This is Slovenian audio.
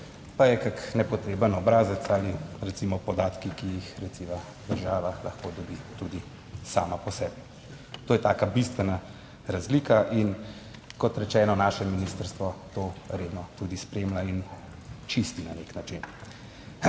pa je kak nepotreben obrazec ali recimo podatki, ki jih recimo država lahko dobi tudi sama po sebi. To je taka bistvena razlika in kot rečeno, naše ministrstvo to redno tudi spremlja in čisti na nek način.